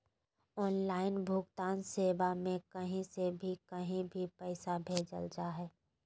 online भुगतान सेवा में कही से भी कही भी पैसा भेजल जा हइ